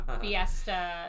fiesta